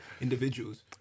individuals